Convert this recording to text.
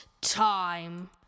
time